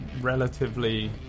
relatively